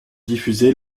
diffusée